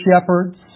shepherds